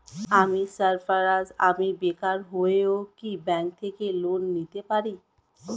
আমি সার্ফারাজ, আমি বেকার হয়েও কি ব্যঙ্ক থেকে লোন নিতে পারি?